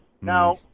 Now